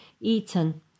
eaten